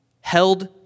held